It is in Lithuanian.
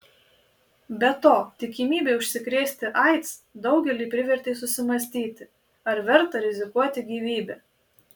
be to tikimybė užsikrėsti aids daugelį privertė susimąstyti ar verta rizikuoti gyvybe